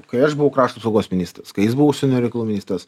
kai aš buvau krašto apsaugos ministras kai jis buvo užsienio reikalų ministras